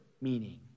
meaning